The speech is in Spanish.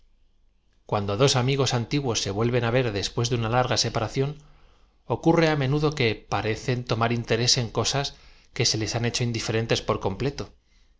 cuando dos amigos antiguos se vu elven á v e r des puéa de una la rga separación ocurre á menudo que parecen tomar interés en coaas que se les han hecho indiferentes por completo